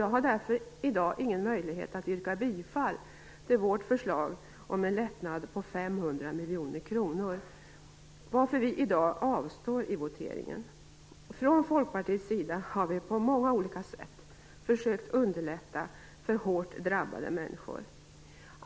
Jag har därför ingen möjlighet i dag att yrka bifall till vårt förslag om en lättnad motsvarande 500 miljoner kronor, varför vi i dag kommer att avstå från att rösta vid voteringen. Från Folkpartiets sida har vi på många olika sätt försökt att underlätta för hårt drabbade människor.